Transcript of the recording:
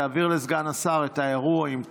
תעביר את האירוע לסגן השר עם תאריך.